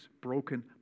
broken